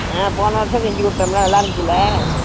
ஆ போன வருடம் செஞ்சுக் கொடுத்தோம்ல நல்லா இருந்துச்சுல்ல